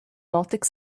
baltic